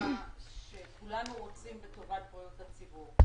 הנחה שכולנו רוצים בטובת בריאות הציבור,